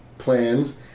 plans